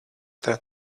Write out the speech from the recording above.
that